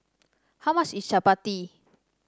how much is Chapati